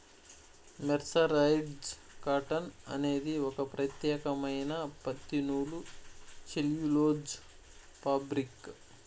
mercerised cotton అనేది ఒక ప్రత్యేకమైన పత్తి నూలు సెల్యులోజ్ ఫాబ్రిక్